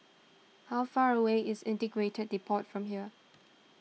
how far away is Integrated Depot from here